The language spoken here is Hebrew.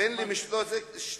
הזמן.